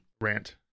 Rant